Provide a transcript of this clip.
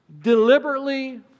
deliberately